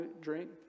drink